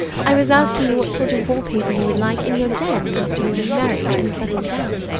i was asking you what sort of wall-paper you would like in your den after we were married and settled down.